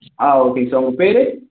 ஆ ஓகேங்க சார் உங்கள் பேயரு